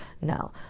No